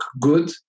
good